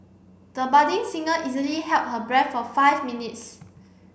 the budding singer easily held her breath for five minutes